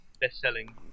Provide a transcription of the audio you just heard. best-selling